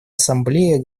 ассамблея